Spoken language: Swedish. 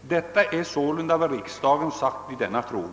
Detta är sålunda vad riksdagen anfört i denna fråga.